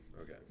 okay